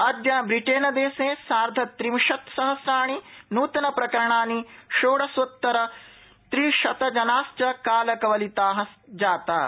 अद्य ब्रिटेनदेशे सार्थंत्रिशत्सहघ्राणि नूतनप्रकराणानि षोडशोत्तरत्रिशतजनाश्च कालकवलिता जाता इति